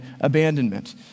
abandonment